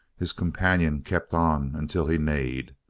his companion kept on until he neighed.